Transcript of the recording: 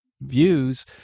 views